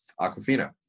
Aquafina